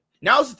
Now